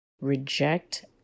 reject